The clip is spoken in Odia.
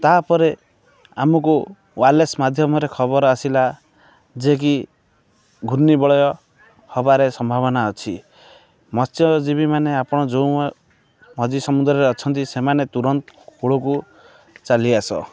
ତାପରେ ଆମକୁ ୱାଲେସ୍ ମାଧ୍ୟମରେ ଖବର ଆସିଲା ଯେ କି ଘୁର୍ଣ୍ଣିବଳୟ ହବାରେ ସମ୍ଭାବନା ଅଛି ମତ୍ସ୍ୟଜୀବି ମାନେ ଆପଣ ଯେଉଁ ମଝି ସମୁଦ୍ରରେ ଅଛନ୍ତି ସେମାନେ ତୁରନ୍ତ କୂଳକୁ ଚାଲିଆସ